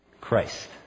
Christ